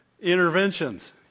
Interventions